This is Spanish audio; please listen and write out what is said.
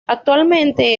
actualmente